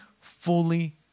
fully